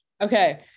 Okay